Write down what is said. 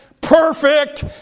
perfect